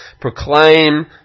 Proclaim